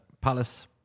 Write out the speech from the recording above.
palace